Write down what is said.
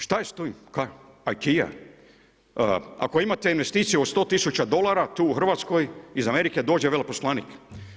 Šta je s time? ... Ako imate investiciju od 100 tisuća dolara tu u Hrvatskoj iz Amerike dođe veleposlanik.